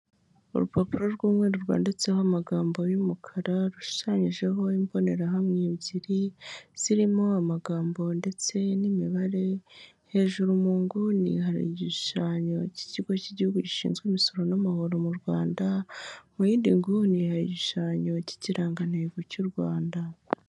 Urupapuro rw'umwe rwanditseho amagambo y'umukara, rushushanyijeho imbonerahamwe ebyiri zirimo amagambo ndetse n'imibare hejuru munguni igishushanyo cy'ikigo cy'igihugu gishinzwe imisoro n'amahoro mu Rwanda, mu yindi nguni hari igishushanyo kikiranga ntego cy'u Rwanda.